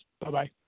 Bye-bye